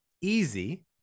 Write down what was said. easy